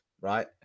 right